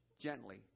Gently